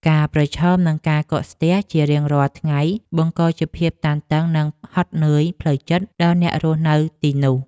ការប្រឈមនឹងការកកស្ទះជារៀងរាល់ថ្ងៃបង្កជាភាពតានតឹង និងហត់នឿយផ្លូវចិត្តដល់អ្នករស់នៅទីនោះ។